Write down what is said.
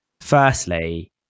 Firstly